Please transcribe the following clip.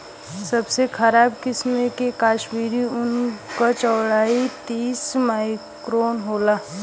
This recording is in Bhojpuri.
सबसे खराब किसिम के कश्मीरी ऊन क चौड़ाई तीस माइक्रोन होला